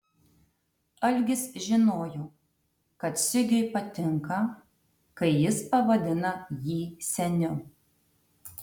algis žinojo kad sigiui patinka kai jis pavadina jį seniu